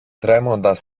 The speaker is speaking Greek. τρέμοντας